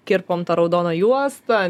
kirpom tą raudoną juostą